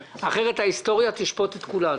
אחרת ההיסטוריה תשפוט את כולנו,